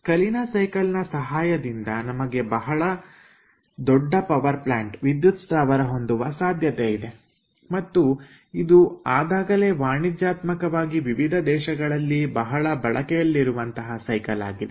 Kalina cycle ನ ಸಹಾಯದಿಂದ ನಮಗೆ ಬಹಳ ದೊಡ್ಡ ವಿದ್ಯುತ್ ಸ್ಥಾವರ ಹೊಂದುವ ಸಾಧ್ಯತೆ ಇದೆ ಮತ್ತು ಇದು ಆದಾಗಲೇ ವಾಣಿಜ್ಯಾತ್ಮಕ ವಾಗಿ ವಿವಿಧ ದೇಶಗಳಲ್ಲಿ ಬಹಳ ಬಳಕೆಯಲ್ಲಿರುವಂತಹ ಸೈಕಲ್ ಆಗಿದೆ